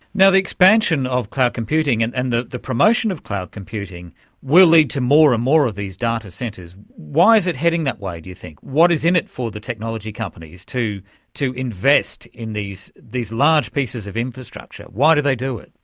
the expansion of cloud computing and and the the promotion of cloud computing will lead to more and more of these data centres. why is it heading that way, do you think? what is in it for the technology companies to to invest in these these large pieces of infrastructure? why do they do it?